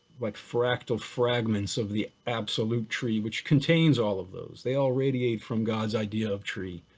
like fractal fragments of the absolute tree which contains all of those. they all radiate from god's idea of tree,